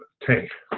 tank.